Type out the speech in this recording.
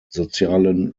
sozialen